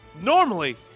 Normally